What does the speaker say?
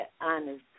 honest